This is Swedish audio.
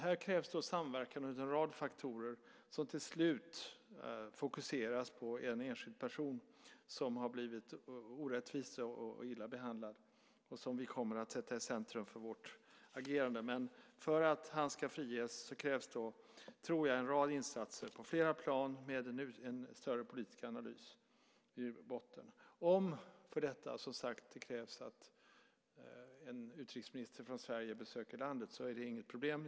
Här krävs samverkan mellan en rad faktorer som till slut fokuseras på en enskild person som har blivit orättvist och illa behandlad och som vi kommer att sätta i centrum för vårt agerande. För att han ska friges tror jag att det krävs en rad insatser på flera plan med en större politisk analys i botten. Om det för detta krävs att en utrikesminister från Sverige besöker landet så är det inget problem.